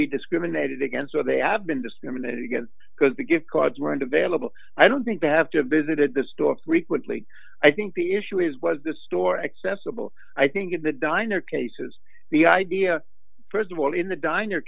be discriminated against or they have been discriminated against because they give cards weren't available i don't think they have to have visited the store frequently i think the issue is was the store accessible i think at the diner cases the idea st of all in the diner